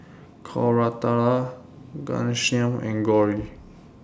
Koratala Ghanshyam and Gauri